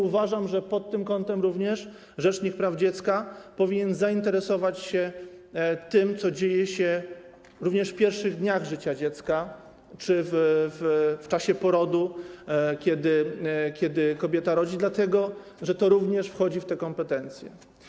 Uważam, że pod tym kątem rzecznik praw dziecka powinien zainteresować się tym, co dzieje się również w pierwszych dniach życia dziecka czy w czasie porodu, kiedy kobieta rodzi, dlatego że to również wchodzi w te kompetencje.